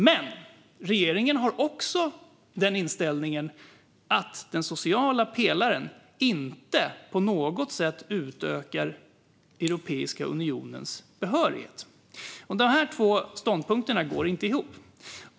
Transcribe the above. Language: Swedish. Men regeringen har också inställningen att den sociala pelaren inte på något sätt utökar Europeiska unionens behörighet. Dessa två ståndpunkter går inte ihop.